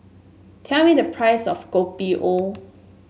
tell me the price of Kopi O